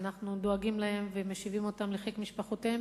ואנחנו דואגים להם ומשיבים אותם לחיק משפחותיהם,